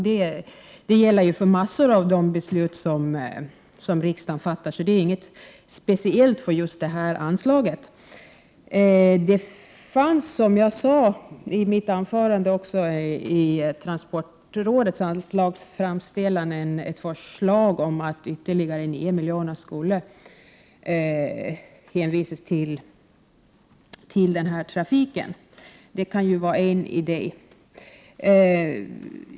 Detsamma gäller ju för en mängd av de beslut som riksdagen fattar, varför det inte är någonting speciellt för det ifrågavarande anslaget. I transportrådets anslagsframställning fanns det, som jag sade i mitt anförande, också förslag om att ytterligare 9 milj.kr. skulle anslås för den här trafiken. Det kan ju vara en idé.